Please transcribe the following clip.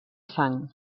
sang